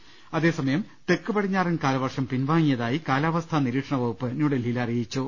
് അതേസമയം തെക്കുപടിഞ്ഞാറൻ കാലവർഷം പിൻവാങ്ങിയതായി കാലാവസ്ഥാ നിരീക്ഷണവകുപ്പ് ന്യൂഡൽഹിയിൽ അറിയിച്ചു